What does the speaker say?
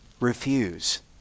refuse